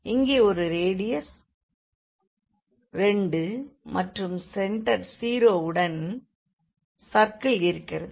இங்கே ஒரு ரேடியஸ் 2 மற்றும் சென்டர் 0 உடன் சர்க்கிள் இருக்கிறது